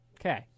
Okay